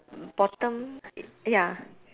bottom ya